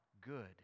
good